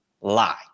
lie